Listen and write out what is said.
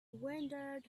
wandered